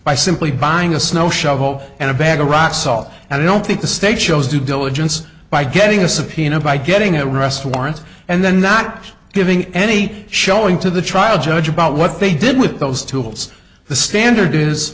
by simply buying a snow shovel and a bag of rock salt and i don't think the state shows due diligence by getting a subpoena by getting a rest warrant and then not giving any showing to the trial judge about what they did with those tools the standard is